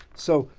so,